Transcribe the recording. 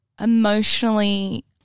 emotionally